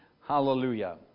Hallelujah